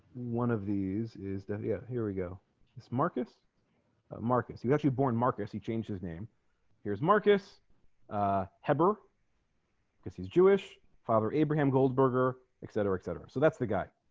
one of these is that yeah here we go marcus marcus you actually born marcus he changed his name here's marcus heber guess he's jewish father abraham goldberger etc etc so that's the guy